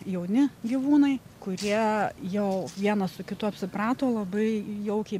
jauni gyvūnai kurie jau vienas su kitu apsiprato labai jaukiai